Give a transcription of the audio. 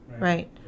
Right